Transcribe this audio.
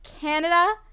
Canada